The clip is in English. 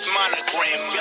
Monogram